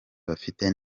bafite